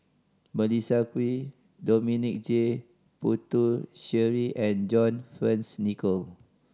Melissa Kwee Dominic J Puthucheary and John Fearns Nicoll